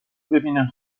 ببینن